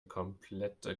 komplette